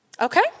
Okay